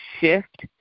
shift